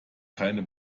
keine